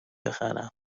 بخرم